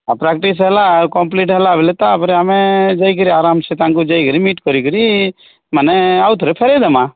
ଆଉ ପ୍ରାକ୍ଟିସ୍ ହେଲା ଆଉ କମ୍ପ୍ଲିଟ୍ ହେଲା ବୋଲେ ତାପରେ ଆମେ ଯାଇକିରି ଆରମ୍ ସେ ତାଙ୍କୁ ଯାଇକିରି ମିଟ୍ କରି କିରି ମାନେ ଆଉ ଥରେ ଫେରେଇ ଦେମା